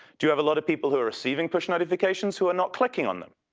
do you have a lot of people who are receiving push notifications who are not clicking on them?